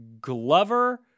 Glover